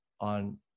on